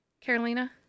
carolina